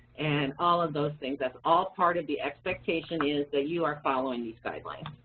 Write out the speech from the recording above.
and all of those things. that's all part of the expectation is that you are following these guidelines.